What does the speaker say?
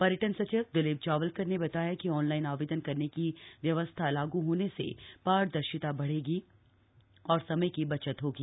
पर्यटन सचिव दिलीप जावलकर ने बताया कि ऑनलाइन आवेदन करने की व्यवस्था लागू होने से पारदर्शिता बढ़ेगी और समय की बचत होगी